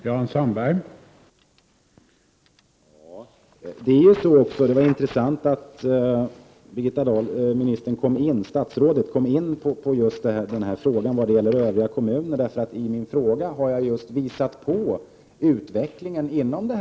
Herr talman! Det var intressant att statsrådet kom in på frågan om övriga — 14 april 1989 kommuner. I min fråga har jag just påvisat utvecklingen på området.